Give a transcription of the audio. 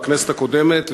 בכנסת הקודמת,